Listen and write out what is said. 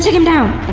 him down.